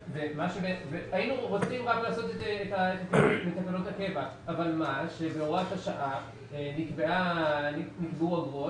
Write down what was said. היינו רוצים לעשות את ההסדר בתקנות הקבע אבל בהוראת השעה נקבעו ....